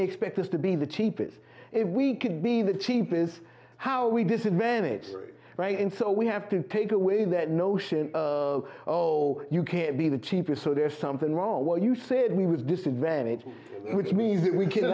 they expect us to be the cheapest if we could be that cheap is how we disadvantage right and so we have to take away that notion of oh you can't be the cheapest so there's something wrong what you said we was disadvantaged which means that we can